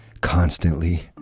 constantly